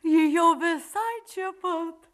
ji jau visai čia pat